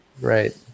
right